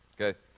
Okay